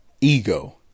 Ego